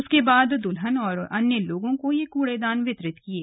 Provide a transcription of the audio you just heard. उसके बाद दुल्हन और अन्य लोगों को ये कूड़ेदान वितरित किये